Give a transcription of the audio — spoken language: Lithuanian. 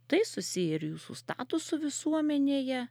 tai susiję ir jų su statusu visuomenėje